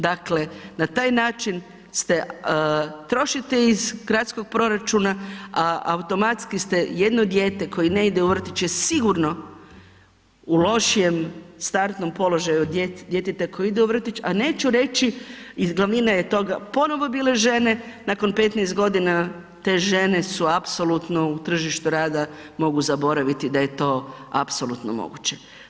Dakle, na taj način ste, trošite iz gradskog proračuna, a automatski ste jedno dijete koje ne ide u vrtić je sigurno u lošijem startnom položaju od djeteta koje ide u vrtić, a neću reći i glavnina je toga, ponovo bile žene, nakon 15 godina te žene su apsolutno u tržište rada mogu zaboraviti da je to apsolutno moguće.